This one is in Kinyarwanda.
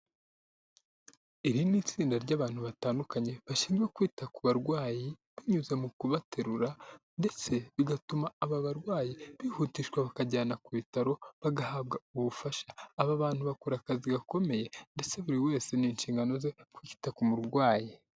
Iri ni itsinda ry'abantu batandukanye bashinzwe kwita ku barwayi, binyuze mu kubaterura, ndetse bigatuma aba barwayi bihutishwa bakajyana ku bitaro bagahabwa ubufasha, aba bantu bakora akazi gakomeye, ndetse buri wese n'inshingano ze kwita ku murwayi.